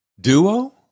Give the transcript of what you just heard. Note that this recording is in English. duo